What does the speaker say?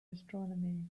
astronomy